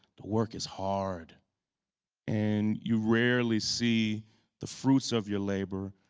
the work is hard and you rarely see the fruits of your labor.